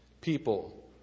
people